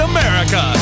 America